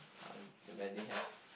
[wah] where they have